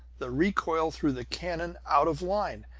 the recoil threw the cannon out of line.